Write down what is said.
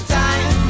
time